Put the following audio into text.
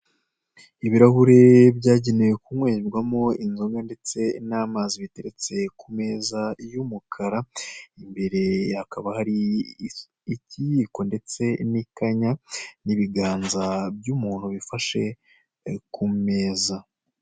Ibirahure bwagenewe kunywebwamo inzoga ndetse n'amazi biteretse ku meza y'umukara, imbere hakaba hari ikiyiko ndetse n'ikanya n'ibiganza by'umuntu bifashe ku meza.